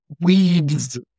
weeds